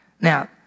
Now